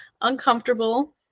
uncomfortable